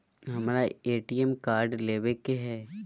हमारा ATM card लेव के हई